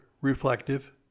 reflective